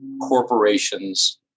corporation's